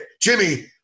Jimmy